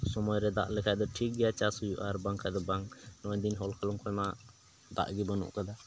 ᱥᱚᱢᱚᱭ ᱨᱮ ᱫᱟᱜ ᱞᱮᱠᱷᱟᱱ ᱫᱚ ᱴᱷᱤᱠ ᱜᱮ ᱪᱟᱥ ᱦᱩᱭᱩᱜᱼᱟ ᱟᱨ ᱵᱟᱝᱠᱷᱟᱱ ᱫᱚ ᱵᱟᱝ ᱱᱚᱜᱼᱚᱭ ᱫᱤᱱ ᱦᱚᱞ ᱠᱟᱞᱚᱢ ᱠᱷᱚᱱᱟᱜ ᱢᱟ ᱫᱟᱜ ᱜᱮ ᱵᱟᱹᱱᱩᱜ ᱟᱠᱟᱫᱟ